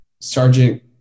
Sergeant